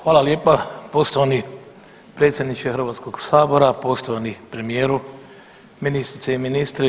Hvala lijepa poštovani predsjedniče Hrvatskog sabora, poštovani premijeru, ministrice i ministri.